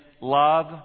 love